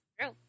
True